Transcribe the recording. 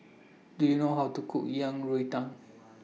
Do YOU know How to Cook Yang Rou Tang